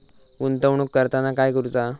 गुंतवणूक करताना काय करुचा?